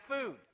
food